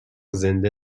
زنده